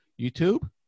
YouTube